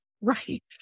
right